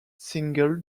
single